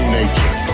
nature